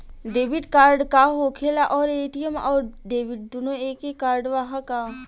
Debit card का होखेला और ए.टी.एम आउर डेबिट दुनों एके कार्डवा ह का?